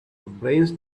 brains